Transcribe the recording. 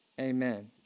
Amen